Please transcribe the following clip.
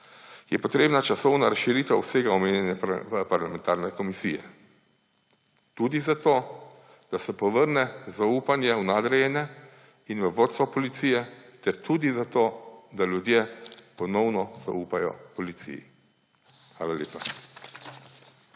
je potrebna časovna razširitev obsega omenjene parlamentarne komisije. Tudi zato, da se povrne zaupanje v nadrejene in v vodstvo policije, ter tudi zato, da ljudje ponovno zaupajo policiji. Hvala lepa.